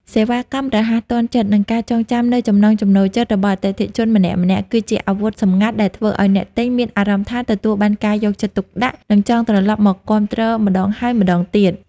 សេវាកម្មរហ័សទាន់ចិត្ត និងការចងចាំនូវចំណង់ចំណូលចិត្តរបស់អតិថិជនម្នាក់ៗ គឺជាអាវុធសម្ងាត់ដែលធ្វើឱ្យអ្នកទិញមានអារម្មណ៍ថាទទួលបានការយកចិត្តទុកដាក់ និងចង់ត្រឡប់មកគាំទ្រម្ដងហើយម្ដងទៀត។